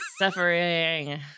suffering